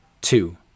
Two